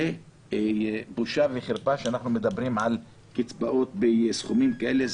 זה בושה וחרפה שאנחנו מדברים על קצבאות בסכומים כאלה.